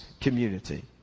community